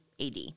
AD